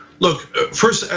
look first,